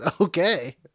Okay